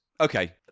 Okay